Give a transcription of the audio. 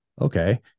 okay